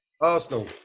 Arsenal